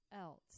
else